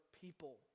people